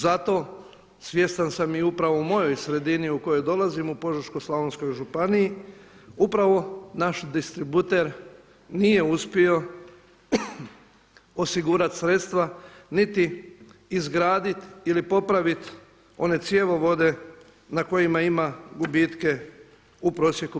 Zato svjestan sam i upravo u moj sredini u kojoj dolazim u Požeško-slavonskoj županiji upravo naš distributer nije uspio osigurati sredstva niti izgradit ili popraviti one cjevovode na kojima ima gubitke u prosjeku 50%